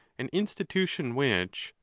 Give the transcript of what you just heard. an institution which,